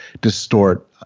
distort